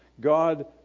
God